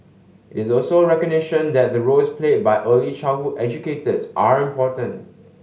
it's also a recognition that the roles played by early childhood educators are important